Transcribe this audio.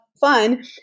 fun